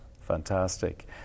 Fantastic